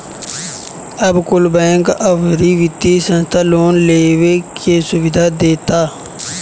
अब कुल बैंक, अउरी वित्तिय संस्था लोन लेवे के सुविधा देता